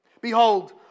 Behold